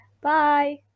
Bye